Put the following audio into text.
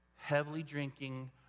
heavily-drinking